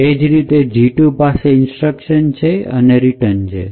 એ જ રીતે G૨ પાસે ઇન્સ્ટ્રક્શન છે અને રિટર્ન છે